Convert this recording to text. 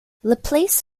laplace